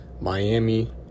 Miami